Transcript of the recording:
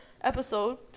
episode